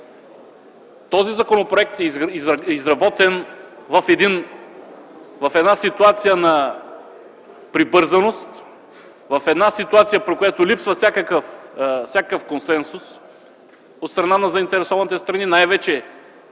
защото той е изработен в една ситуация на прибързаност, в една ситуация, при която липсва всякакъв консенсус от страна на заинтересованите страни, най-вече